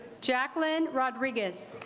jacqueline rodriguez,